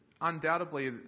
Undoubtedly